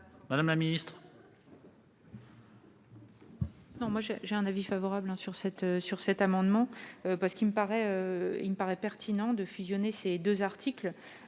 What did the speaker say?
madame la ministre,